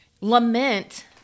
lament